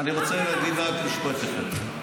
שאלה: אתה זוכר שדיברנו על סכום כולל ואמרת שתקים ועדה?